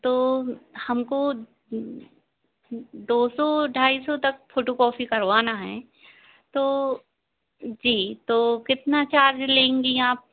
तो हमको दो सौ ढाई सौ तक फोटोकॉफी करवाना है तो जी तो कितना चार्ज लेंगी आप